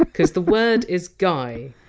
because the word is guy,